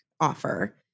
offer